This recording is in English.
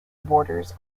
borders